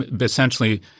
essentially